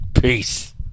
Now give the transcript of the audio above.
peace